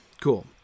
cool